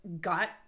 got